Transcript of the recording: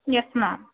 yes ma'am